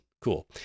Cool